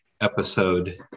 episode